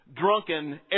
drunken